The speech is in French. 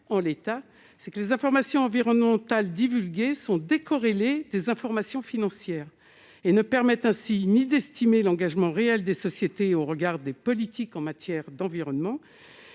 en l'état, c'est que les informations environnementales sont décorrélées des informations financières et ne permettent ainsi ni d'estimer l'engagement réel des sociétés au regard des politiques en matière d'environnement